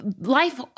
life